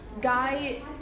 Guy